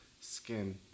skin